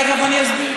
תכף אני אסביר.